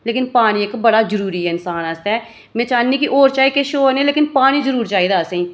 लेकिन पानी इक बड़ा जरुरी ऐ इन्सान आस्तै में चाह्न्नीं कि होर किश होऐ ना होऐ लेकिन पानी जरुर चाहिदा असें गी